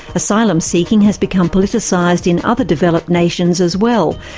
asylum-seeking has become politicised in other developed nations as well,